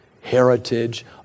heritage